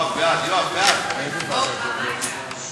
הצעת חוק איסור הפליית עיוורים המלווים בכלבי נחייה (תיקון מס'